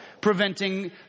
preventing